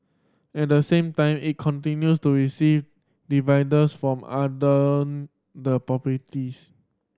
at the same time it continues to receive dividends from other the properties